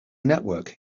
network